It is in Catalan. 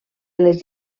les